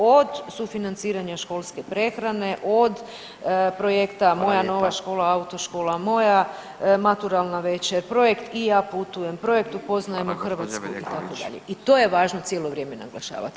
Od sufinanciranja školske prehrane, od projekta Moja nova škola autoškola [[Upadica: Hvala lijepa.]] Moja maturalna večer, projekt I ja putujem, projekt Upoznajemo Hrvatsku [[Upadica: Hvala gospođa Bedeković.]] itd. i to je važno cijelo vrijeme naglašavati.